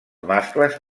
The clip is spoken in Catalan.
mascles